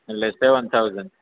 એટલે seven thousand